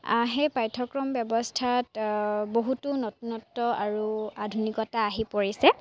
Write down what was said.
সেই পাঠ্যক্ৰম ব্যৱস্থাত বহুতো নতুনত্ব আৰু আধুনিকতা আহি পৰিছে